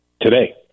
today